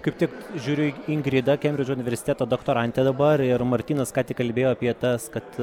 kaip tik žiūriu ingrida kembridžo universiteto doktorantė dabar ir martynas ką tik kalbėjo apie tas kad